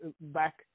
back